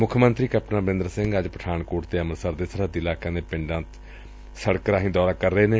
ਮੁੱਖ ਮੰਤਰੀ ਕੈਪਟਨ ਅਮਰਿੰਦਰ ਸਿੰਘ ਅੱਜ ਪਠਾਨਕੋਟ ਤੇ ਅੰਮ੍ਤਿਤਸਰ ਦੇ ਸਰਹੱਦੀ ਇਲਾਕਿਆਂ ਦੇ ਪਿੰਡਾਂ ਦਾ ਸਤਕ ਰਾਹੀਂ ਦੌਰਾ ਕਰ ਰਹੇ ਨੇ